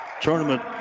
Tournament